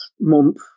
month